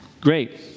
Great